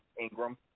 Ingram